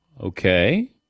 Okay